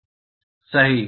ल सही